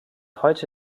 heute